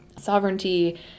sovereignty